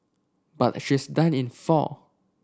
but she's done in four